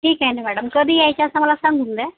ठीक आहे ना मॅडम कधी यायचं असं मला सांगून द्या